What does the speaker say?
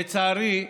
לצערי,